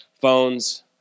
phones